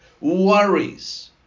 worries